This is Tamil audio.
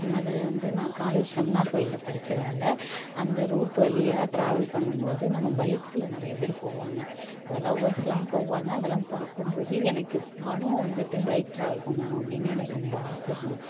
அது வந்து நான் காலேஜ் செம்மனார் கோயில்ல படிச்சதால் அந்த ரூட் வழியாக ட்ராவல் பண்ணும்போது நம்ம பைக்ல நிறைய பேர் போவாங்கள் அந்த லவ்வர்ஸ்லாம் போவாங்கள் அதெல்லாம் பார்க்கும்போது எனக்கு நானும் வந்துட்டு பைக் ட்ராவல் பண்ணணும் அப்படின்னு எனக்கு ரொம்ப ஆசை இருந்துச்சு